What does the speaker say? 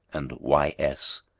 and y. s.